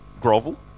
grovel